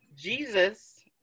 Jesus